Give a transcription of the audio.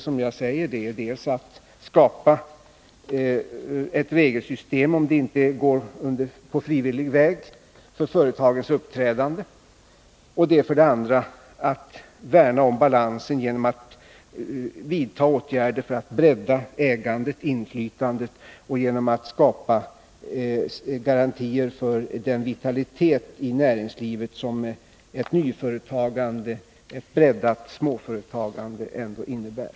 Som jag säger går det dels att skapa ett regelsystem, om det inte går att lösa problemet med företagens uppträdande på frivillighetens väg, dels att värna om balansen genom att vidta åtgärder för att bredda ägandet-inflytandet och genom att skapa garantier för den vitalitet i näringslivet som ett nyföretagande och ett breddat småföretagande ändå innebär.